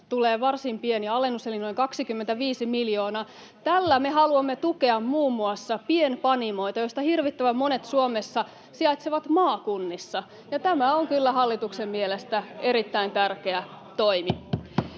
tulee varsin pieni alennus eli noin 25 miljoonaa. Tällä me haluamme tukea muun muassa pienpanimoita, joista hirvittävän monet Suomessa sijaitsevat maakunnissa, ja tämä on kyllä hallituksen mielestä erittäin tärkeä toimi.